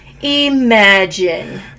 Imagine